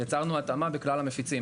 יצרנו התאמה בכלל המפיצים